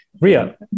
Ria